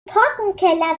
trockenkeller